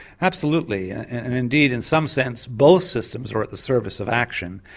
absolutely. and indeed in some sense both systems are at the service of action.